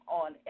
on